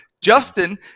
Justin